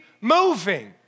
moving